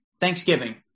Thanksgiving –